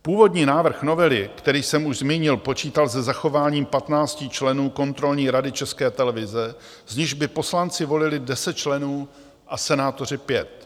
Původní návrh novely, který jsem už zmínil, počítal se zachováním 15 členů kontrolní rady České televize, z nichž by poslanci volili 10 členů a senátoři 5.